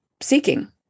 seeking